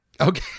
Okay